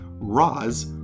Roz